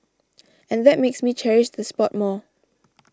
and that makes me cherish the spot more